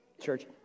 Church